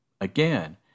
Again